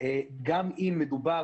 גם אם מדובר